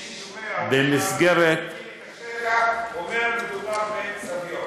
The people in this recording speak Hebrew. מי ששומע אותך אומר שמדובר בסביון.